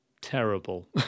terrible